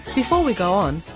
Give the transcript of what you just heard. before we go on,